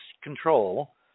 control